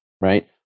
right